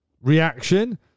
reaction